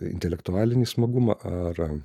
intelektualinį smagumą ar